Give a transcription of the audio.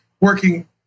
working